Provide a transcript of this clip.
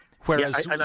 Whereas